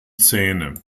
zähne